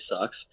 sucks